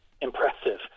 impressive